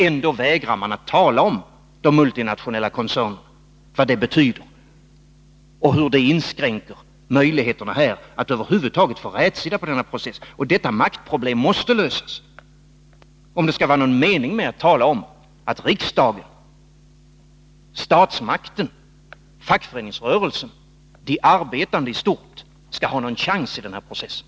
Ändå vägrar man att tala om vad de multinationella koncernerna betyder, och hur de inskränker möjligheterna att över huvud taget få rätsida på denna process. Detta maktproblem måste lösas om det skall vara någon mening med att tala om att riksdagen, statsmakten, fackföreningsrörelsen, de arbetande i stort, skall ha någon chans i den här processen.